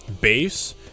base